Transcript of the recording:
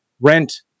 rent